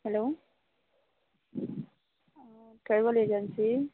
hello खंय गो लॅजंसी